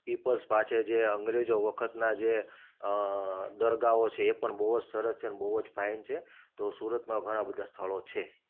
people સ્પા છે જે અંગ્રેજો વખતના જે દરગાઓ છે એ પણ બહુ જ સરસ છે ને બહુ જ ફાઇન છે તો સુરતમાં ઘણા બધા સ્થળો છે